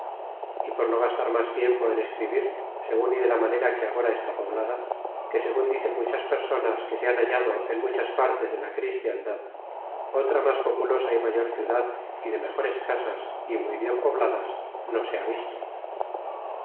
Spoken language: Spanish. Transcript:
y por no gastar mas tiempo en escribir segun y de la manera que agora está poblada que segun dicen muchas personas que se han hallado en muchas partes de la christiandad otra mas populosa y mayor ciudad y de mejores casas y muy bien pobladas no se ha visto